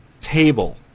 table